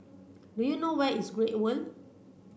do you know where is Great World